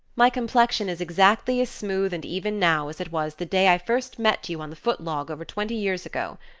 my complexion is exactly as smooth and even now, as it was the day i first met you on the footlog over twenty years ago.